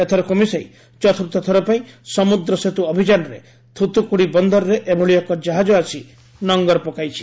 ଏଥରକୁ ମିଶାଇ ଚତୁର୍ଥ ଥରପାଇଁ ସମୁଦ୍ର ସେତୁ ଅଭିଯାନରେ ଥୁଥୁକୁଡ଼ି ବନ୍ଦରରେ ଏଭଳି ଏକ କାହାଜ ଆସି ନଙ୍ଗର ପକାଇଛି